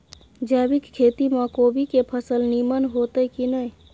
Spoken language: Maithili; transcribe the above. जैविक खेती म कोबी के फसल नीमन होतय की नय?